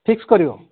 fix କରିବ